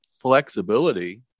flexibility